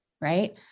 right